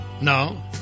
No